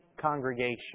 congregation